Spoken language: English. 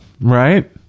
Right